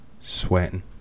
sweating